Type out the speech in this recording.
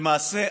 למעשה,